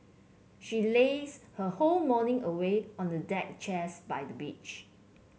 she lazed her whole morning away on a deck chairs by the beach